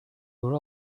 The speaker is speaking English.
were